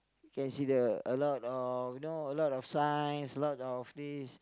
can see the a lot of you know a lot of signs a lot of this